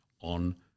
on